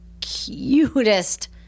cutest